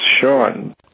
Sean